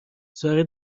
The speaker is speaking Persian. ساره